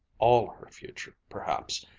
all her future, perhaps,